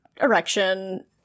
erection